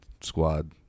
squad